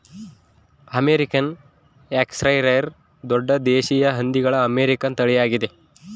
American Yorkshire ದೊಡ್ಡ ದೇಶೀಯ ಹಂದಿಗಳ ಅಮೇರಿಕನ್ ತಳಿಯಾಗಿದೆ